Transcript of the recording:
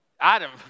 Adam